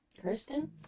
Kristen